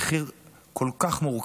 ומחיר כל כך מורכב,